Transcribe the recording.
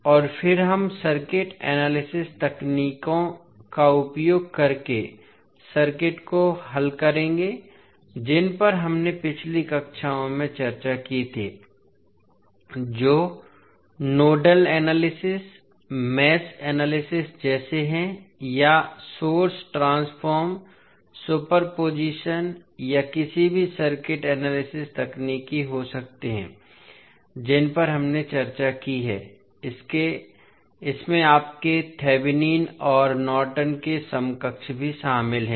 और फिर हम सर्किट एनालिसिस तकनीकों का उपयोग करके सर्किट को हल करेंगे जिन पर हमने पिछली कक्षाओं में चर्चा की थी जो नोडल एनालिसिस मेष एनालिसिस जैसे हैं या सोर्स ट्रांसफॉर्म सुपरपोजिशन या किसी भी सर्किट एनालिसिस तकनीक हो सकते हैं जिन पर हमने चर्चा की है इसमें आपके थेवेनिन और नॉर्टन के समकक्ष भी शामिल हैं